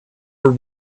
were